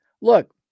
Look